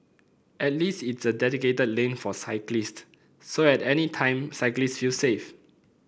at least it's a dedicated lane for cyclists so at any time cyclists feel safe